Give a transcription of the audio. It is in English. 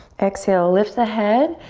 exhale, lift the head.